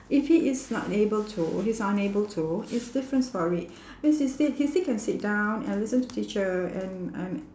if he is not able to he's unable to it's different story cause he still he still can sit down and listen to teacher and and